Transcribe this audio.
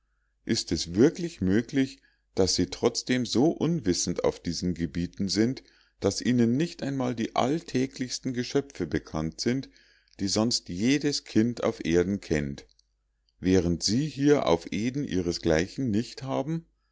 ist es wirklich möglich daß sie trotzdem so unwissend auf diesen gebieten sind daß ihnen nicht einmal die alltäglichsten geschöpfe bekannt sind die sonst jedes kind auf erden kennt während sie hier auf eden ihresgleichen nicht haben